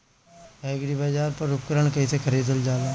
एग्रीबाजार पर उपकरण कइसे खरीदल जाला?